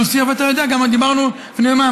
דו-שיח, ואתה יודע, גם דיברנו לפני יומיים.